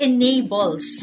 enables